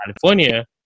California